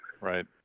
Right